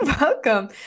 welcome